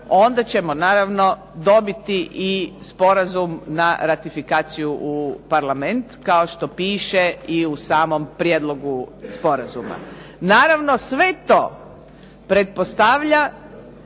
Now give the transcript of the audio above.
onda ćemo naravno dobiti i sporazum na ratifikaciju u Parlament, kao što piše i u samom prijedlogu sporazuma. Naravno, sve to pretpostavlja